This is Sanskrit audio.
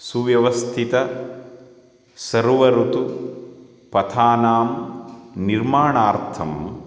सुव्यवस्थितः सर्व ऋतु पथानां निर्माणार्थं